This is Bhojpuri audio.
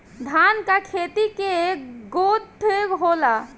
धान का खेती के ग्रोथ होला?